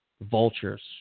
Vultures